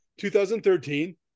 2013